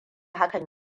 hakan